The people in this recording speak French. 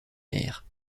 maires